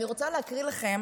אני רוצה להקריא לכם